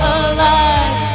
alive